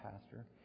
pastor